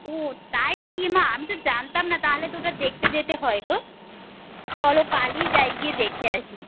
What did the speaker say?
ও তাই না কি এমা আমি তো জানতাম না তাহালে তো ওটা দেখতে যেতে হয় গো চলো কালই যাই গিয়ে দেখে আসি